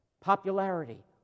Popularity